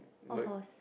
what host